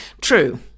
True